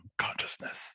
consciousness